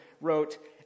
Wrote